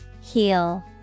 Heal